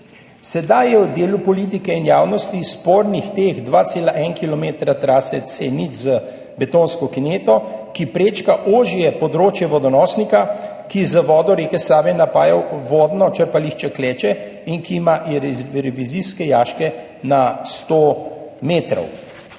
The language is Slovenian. Sedaj je v delu politike in javnosti spornih teh 2,1 kilometra trase C0 z betonsko kineto, ki prečka ožje območje vodonosnika, ki z vodo reke Save napaja vodno črpališče Kleče in ki ima revizijske jaške na sto metrov.